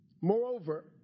Moreover